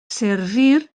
servir